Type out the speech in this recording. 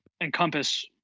encompass